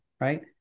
right